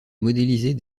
modéliser